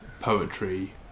poetry